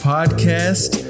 Podcast